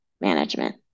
management